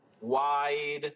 wide